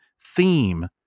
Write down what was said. theme